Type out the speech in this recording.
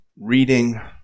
reading